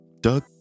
Doug